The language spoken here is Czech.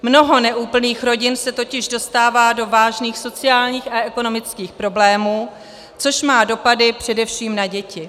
Mnoho neúplných rodin se totiž dostává do vážných sociálních a ekonomických problémů, což má dopady především na děti.